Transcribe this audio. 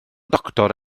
doctor